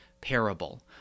parable